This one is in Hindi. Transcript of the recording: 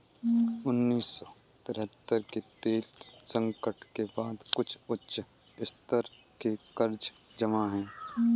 उन्नीस सौ तिहत्तर के तेल संकट के बाद कुछ उच्च स्तर के कर्ज जमा हुए